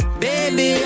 baby